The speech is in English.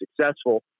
successful